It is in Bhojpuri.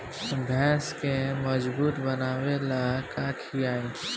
भैंस के मजबूत बनावे ला का खिलाई?